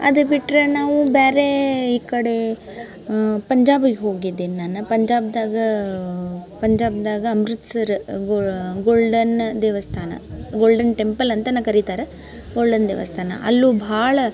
ಅದು ಬಿಟ್ಟರೆ ನಾವು ಬೇರೆ ಈ ಕಡೆ ಪಂಜಾಬಿಗೆ ಹೋಗಿದ್ದೀನಿ ನಾನು ಪಂಜಾಬ್ದಾಗ ಪಂಜಾಬ್ದಾಗ ಅಮೃತ್ಸರ್ ಗೋಲ್ಡನ್ ದೇವಸ್ಥಾನ ಗೋಲ್ಡನ್ ಟೆಂಪಲ್ ಅಂತನೇ ಕರಿತಾರೆ ಗೋಲ್ಡನ್ ದೇವಸ್ಥಾನ ಅಲ್ಲೂ ಭಾಳ